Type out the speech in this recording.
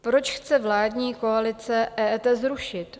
Proč chce vládní koalice EET zrušit?